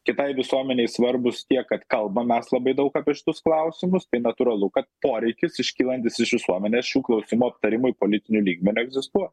kitai visuomenei svarbūs tiek kad kalbam mes labai daug apie šitus klausimus tai natūralu kad poreikis iškylantis iš visuomenės šių klausimų aptarimui politiniu lygmeniu egzistuoja